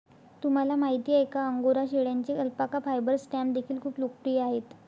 तुम्हाला माहिती आहे का अंगोरा शेळ्यांचे अल्पाका फायबर स्टॅम्प देखील खूप लोकप्रिय आहेत